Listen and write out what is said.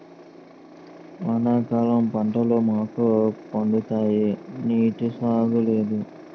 వానాకాలం పంటలు మాకు పండుతాయి నీటివాగు లేదు